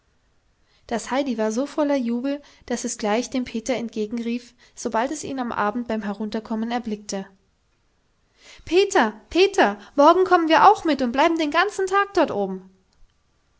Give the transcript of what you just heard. das heidi war so voller jubel daß es gleich dem peter entgegenrief sobald es ihn am abend beim herunterkommen erblickte peter peter morgen kommen wir auch mit und bleiben den ganzen tag dort oben